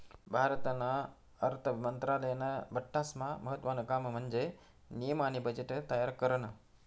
भारतना अर्थ मंत्रालयानं बठ्ठास्मा महत्त्वानं काम म्हन्जे नियम आणि बजेट तयार करनं